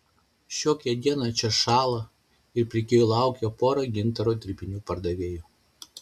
šiokią dieną čia šąla ir pirkėjų laukia pora gintaro dirbinių pardavėjų